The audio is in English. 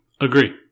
Agree